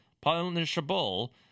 Punishable